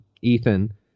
Ethan